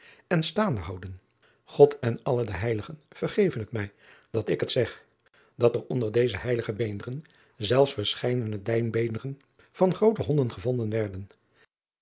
en staande houden od en alle de eiligen vergeven het mij dat ik het zeg dat er onder deze heilige beenderen zelfs verscheiden dijebeenderen van groote honden gevonden werden